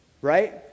Right